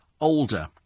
older